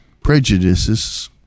prejudices